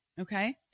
Okay